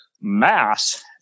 mass